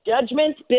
judgments